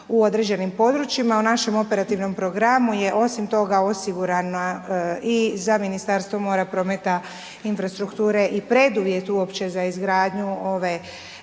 u određenim područjima. U našem operativnom programu je osim toga osigurana i za Ministarstvo mora, prometa i infrastrukture i preduvjet uopće za izgradnju ove